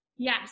Yes